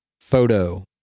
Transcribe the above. photo